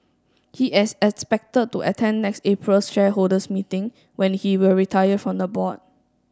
he is expected to attend next April's shareholders meeting when he will retire from the board